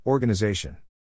Organization